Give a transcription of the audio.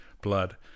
blood